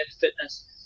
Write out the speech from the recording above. fitness